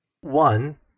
One